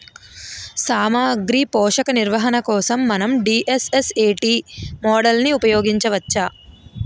సామాగ్రి పోషక నిర్వహణ కోసం మనం డి.ఎస్.ఎస్.ఎ.టీ మోడల్ని ఉపయోగించవచ్చా?